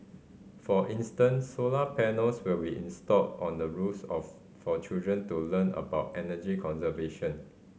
for instance solar panels will be installed on the roofs of for children to learn about energy conservation